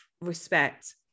respect